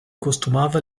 costumava